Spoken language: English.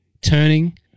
turning